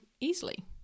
easily